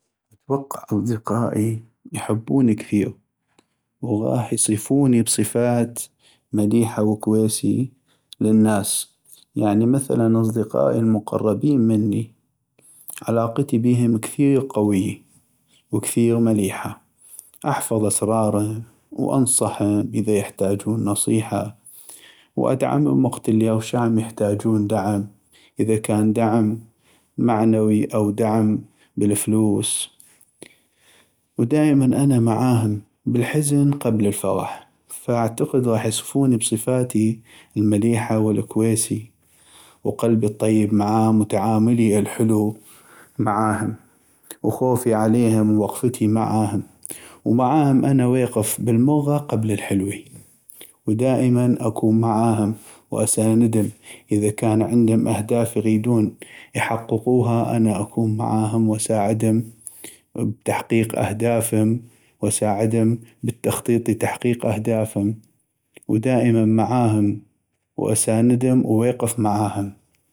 اتوقع اصدقائي يحبوني كثيغ وغاح يصفوني بصفات مليحة وكويسي للناس ، يعني مثلا اصدقائي المقربين مني علاقتي بيهم كثيغ قويي وكثيغ مليحة ، احفظ أسرارم وانصحم اذا يحتاجون نصيحة ، وادعمم وقت اللي اغشعم يحتاجون دعم اذا كان دعم معنوي أو دعم بالفلوس، ودائماً انا معاهم بالحزن قبل الفغح فأعتقد غاح يصفوني بصفاتي المليحة والكويسي وقلبي الطيب معاهم وتعاملي الحلو معاهم وخوفي عليهم و وقفتي معاهم ، ومعاهم انا ويقف بالمغه قبل الحلوي ودائماً اكون معاهم واساندم ، اذا كان عندم اهداف يغيدون يحققوها أنا اكون معاهم واساعدم بتحقيق أهدافم واساعدم بالتخطيط لتحقيق اهدافم، ودائماً معاهم واساندم و ويقف معاهم